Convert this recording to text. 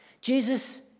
Jesus